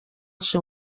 seu